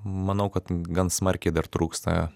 manau kad gan smarkiai dar trūksta